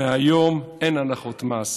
מהיום אין הנחות מס.